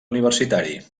universitari